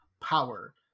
power